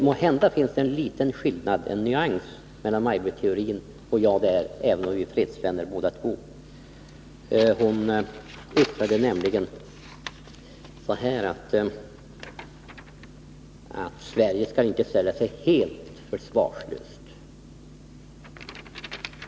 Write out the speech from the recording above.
Måhända finns det en liten skillnad, en nyansskillnad, mellan Maj Britt Theorins uppfattning och min, även om vi är fredsvänner båda två. Maj Britt Theorin sade nämligen att Sverige inte skall ställa sig helt försvarslöst.